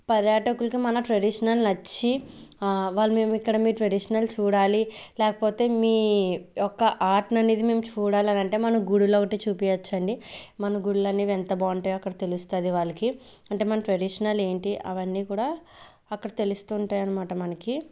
పర్యాటకులకి మన ట్రెడిషనల్ నచ్చి వాళ్ళు మేమిక్కడ మీ ట్రెడిషనల్ చూడాలి లేకపోతే మీ యొక్క ఆర్ట్ ననేది మేం చూడాలనంటే మన గుడులొ ఒకటే చూపించొచ్చండి మన గుళ్ళనేవి ఎంత బాగుంటాయో అక్కడ తెలుస్తుంది వాళ్ళకి అంటే మన ట్రెడిషనల్ ఏంటి అవన్నీ కూడా అక్కడ తెలుస్తుంటాయన్మాట మనకి